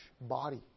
body